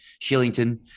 Shillington